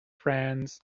franz